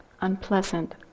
unpleasant